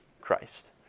Christ